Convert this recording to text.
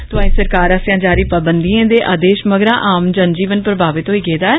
तोआई सरकार आस्स्ेया जारी पाबंदियें दे आदेश मगरा आम जन जीवन प्रभावित होई गेदा ऐ